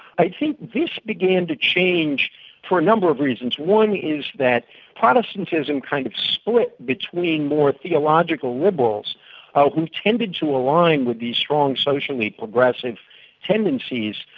i think this began to change for a number of reasons. one is that protestantism kind of split between more theological liberals who tended to align with these strong socially progressive tendencies.